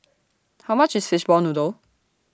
How much IS Fishball Noodle